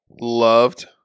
loved